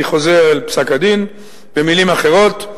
אני חוזר אל פסק-הדין: "במלים אחרות,